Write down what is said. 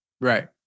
Right